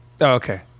okay